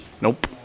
Nope